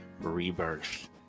Rebirth